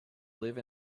live